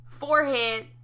forehead